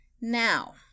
Now